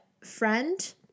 friend